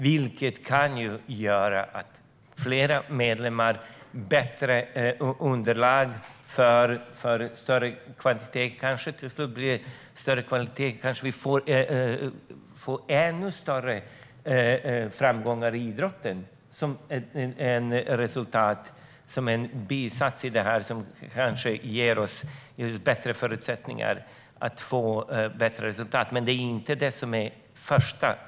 Med fler medlemmar kan kvaliteten bli högre, och vi får kanske större idrottsframgångar. Att få bättre resultat är dock en bisak.